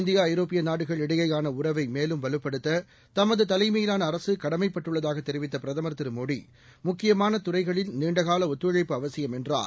India ஐரோப்பியநாடுகளிடையேயானஉறவைமேலும் வலுப்படுத்ததமதுதலைமையிலானஅரசுகடமைப்பட்டுள்ளதாகதெரிவித்தபிரதமர் மோடி திரு முக்கியமானதுறைகளில் நீண்டகாலஒத்துழைப்பு அவசியம் என்றார்